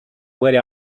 very